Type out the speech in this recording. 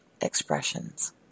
expressions